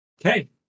Okay